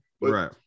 Right